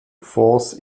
force